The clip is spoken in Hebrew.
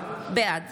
בעד